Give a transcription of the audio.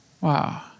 Wow